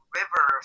river